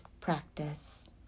practice